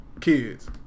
kids